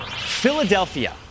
Philadelphia